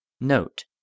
Note